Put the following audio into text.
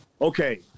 Okay